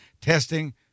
Testing